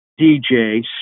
DJ